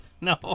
No